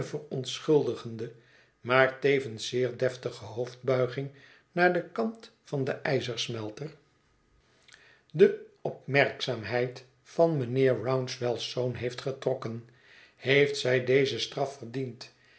verontschuldigende maar tevens zeer deftige hoofdbuiging naar den kant van den ijzersmelter de opmerkzaamheid van mijnheer rouncewell's zoon heeft getrokken heeft zij deze straf verdiend